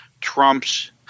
Trump's